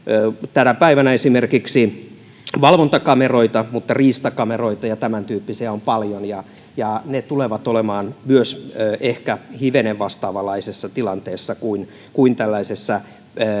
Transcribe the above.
tänä päivänä esimerkiksi valvontakameroita riistakameroita ja tämäntyyppisiä on paljon ja ja ne tulevat olemaan ehkä myös hivenen vastaavanlaisessa tilanteessa kuin kuin tällaisessa